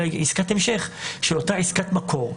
אלא היא עסקת המשך של אותה עסקת מקור.